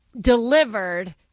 delivered